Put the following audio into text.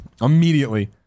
Immediately